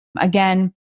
Again